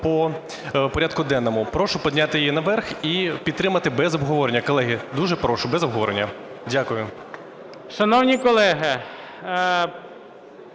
Дякую.